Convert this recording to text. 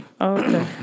Okay